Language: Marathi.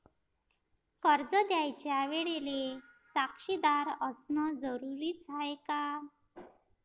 कर्ज घ्यायच्या वेळेले साक्षीदार असनं जरुरीच हाय का?